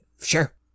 Sure